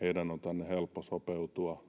heidän on tänne helppo sopeutua